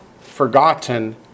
forgotten